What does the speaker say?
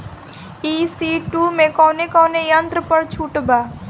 ई.सी two मै कौने कौने यंत्र पर छुट बा?